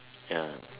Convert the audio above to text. ya